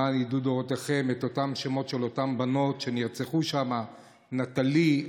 למען ידעו דורותיכם את אותם שמות של אותן בנות שנרצחו שם: נטלי,